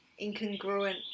incongruent